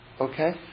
Okay